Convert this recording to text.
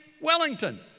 Wellington